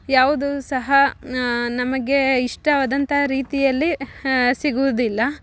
ಯಾವುದೂ ಸಹ ನಮಗೆ ಇಷ್ಟವಾದಂಥ ರೀತಿಯಲ್ಲಿ ಸಿಗುವುದಿಲ್ಲ